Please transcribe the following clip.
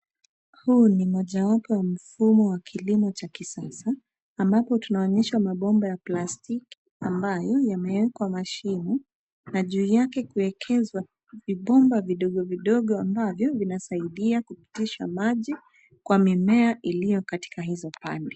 Huu ni mojawapo wa mfumo wa kilimo cha kisasa ambapo tunaonyeshwa mabomba ya ya plastiki ambayo imewekwa mashimo na juu yake kuekezwa vibmba vidogo vidogo ambavyo vinasaidia kupitisha maji kwa mimea iliyo katika hizo pande.